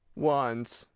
once,